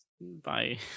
bye